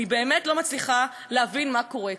אני באמת לא מצליחה להבין מה קורה כאן.